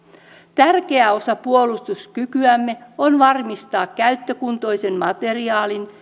tärkeä osa puolustuskykyämme on varmistaa käyttökuntoisen materiaalin